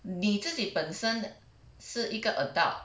你自己本身是一个 adult